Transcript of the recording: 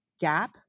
gap